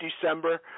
December